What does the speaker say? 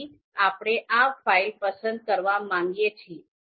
તેથી આપણે આ ફાઈલ પસંદ કરવા માંગીએ છીએ